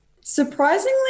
Surprisingly